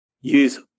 use